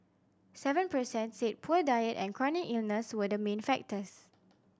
seven per cent said poor diet and chronic illness were the main factors